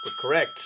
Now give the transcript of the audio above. Correct